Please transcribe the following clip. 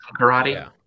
Karate